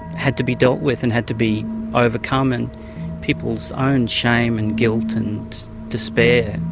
had to be dealt with and had to be overcome, and people's own shame and guilt and despair.